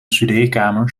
studeerkamer